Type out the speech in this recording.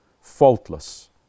faultless